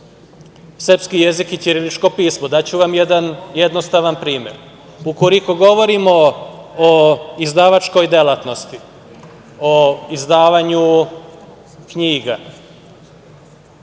srpski jezik i ćirilično pismo. Daću vam jedan jednostavan primer. Ukoliko govorimo o izdavačkoj delatnosti, o izdavanju knjiga.